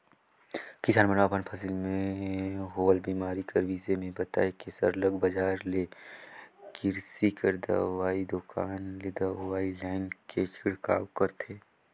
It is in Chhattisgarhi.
किसान मन अपन फसिल में होवल बेमारी कर बिसे में बताए के सरलग बजार ले किरसी कर दवई दोकान ले दवई लाएन के छिड़काव करथे